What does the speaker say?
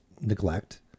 neglect